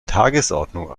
tagesordnung